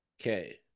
Okay